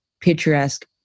picturesque